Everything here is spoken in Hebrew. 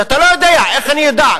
שאתה לא יודע, איך אני אדע?